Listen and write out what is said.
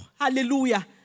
Hallelujah